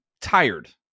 tired